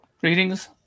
Greetings